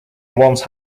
once